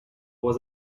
was